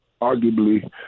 arguably